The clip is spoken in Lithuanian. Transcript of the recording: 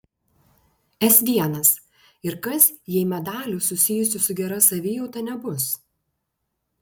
s l ir kas jei medalių susijusių su gera savijauta nebus